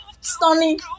stunning